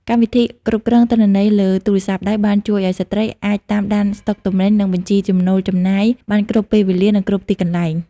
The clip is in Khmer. កម្មវិធីគ្រប់គ្រងទិន្នន័យលើទូរស័ព្ទដៃ បានជួយឱ្យស្ត្រីអាចតាមដានស្តុកទំនិញ និងបញ្ជីចំណូលចំណាយបានគ្រប់ពេលវេលា និងគ្រប់ទីកន្លែង។